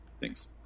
thanks